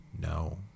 No